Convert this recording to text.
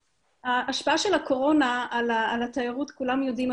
ההשפעה של הקורונה על התיירות כולם יודעים,